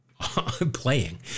playing